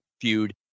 feud